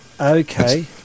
Okay